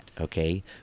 okay